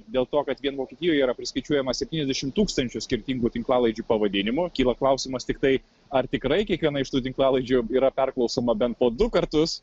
dėl to kad vien vokietijoje yra priskaičiuojama septyniasdešim tūkstančių skirtingų tinklalaidžių pavadinimų kyla klausimas tiktai ar tikrai kiekviena iš tų tinklalaidžių yra perklausoma bent po du kartus